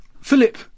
Philip